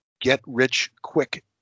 get-rich-quick